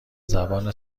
زبان